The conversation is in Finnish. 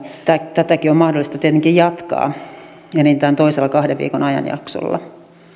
tätäkin on mahdollista tietenkin jatkaa enintään toisella kahden viikon ajanjaksolla